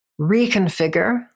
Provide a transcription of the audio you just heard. reconfigure